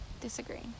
disagree